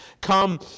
Come